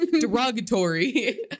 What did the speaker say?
Derogatory